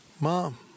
mom